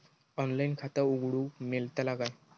Online खाता उघडूक मेलतला काय?